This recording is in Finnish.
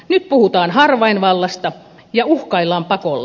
nyt puhutaan harvainvallasta ja uhkaillaan pakolla